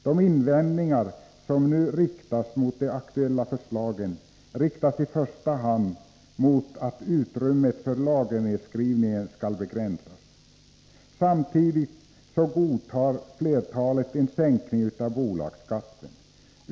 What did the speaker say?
De invändningar som nu riktas mot de aktuella förslagen gäller i första hand att utrymmet för lagernedskrivningen skall begränsas. Samtidigt godtar flertalet en sänkning av bolagsskatten.